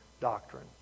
doctrine